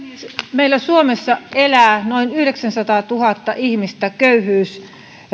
meillä suomessa elää noin yhdeksänsataatuhatta ihmistä köyhyys